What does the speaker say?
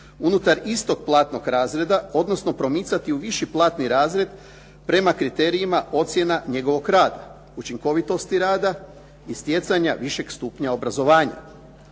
unutar istog platnog razreda, odnosno promicati u viši platni razred prema kriterijima ocjena njegovog rada, učinkovitosti rada i stjecanja višeg stupnja obrazovanja.